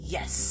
Yes